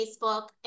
facebook